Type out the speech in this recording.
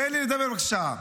תן לי לדבר, בבקשה.